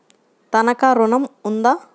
తనఖా ఋణం ఉందా?